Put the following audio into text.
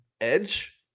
edge